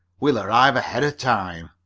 we'll arrive ahead of time.